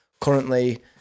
currently